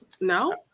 No